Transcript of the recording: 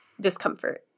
discomfort